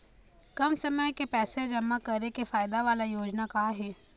कम समय के पैसे जमा करे के फायदा वाला योजना का का हे?